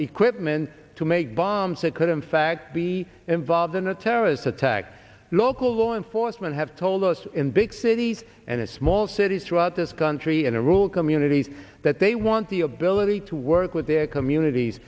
equipment to make bombs occur in fact be involved in a terrorist attack local law enforcement have told us in big cities and small cities throughout this country in a rural communities that they want the ability to work with their communities